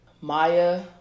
Maya